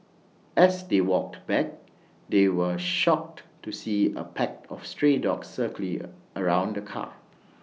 as they walked back they were shocked to see A pack of stray dogs circling around the car